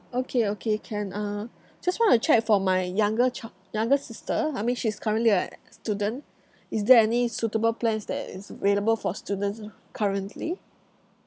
okay okay can uh just want to check for my younger chi~ younger sister I mean she's currently a student is there any suitable plans that is available for students currently